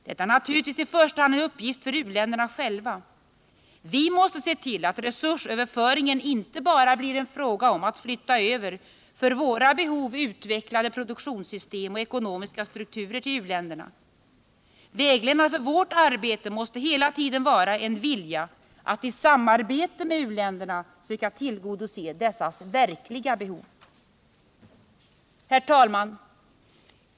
Detta är naturligtvis i första hand en uppgift för u-länderna själva. Vi måste se till att resursöverföringen inte bara blir en fråga om att flytta över för våra behov utvecklade produktionssystem och ekonomiska strukturer till u-länderna. Vägledande för vårt arbete måste hela tiden vara en vilja att i samarbete med u-länderna söka tillgodose dessas verkliga behov. | Herr talman!